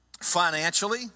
financially